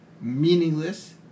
meaningless